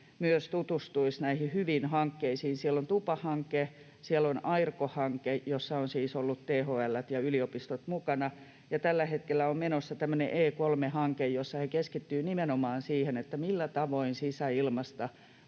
tutustuisivat näihin hyviin hankkeisiin. Siellä on TUPA-hanke, siellä on AIRCO-hanke, jossa ovat siis olleet THL ja yliopistot mukana, ja tällä hetkellä on menossa tämmöinen E3-hanke, jossa he keskittyvät nimenomaan siihen, millä tavoin sisäilmasta